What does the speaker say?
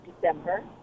December